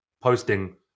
posting